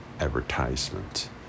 advertisement